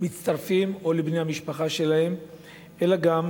מצטרפים או לבני המשפחה שלהם אלא גם